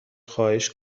خواهش